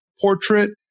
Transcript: portrait